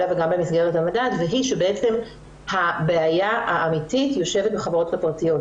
וגם במסגרת המדד והיא שהבעיה האמיתית יושבת בחברות הפרטיות.